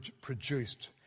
produced